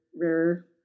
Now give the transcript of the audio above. rare